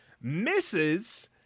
misses